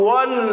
one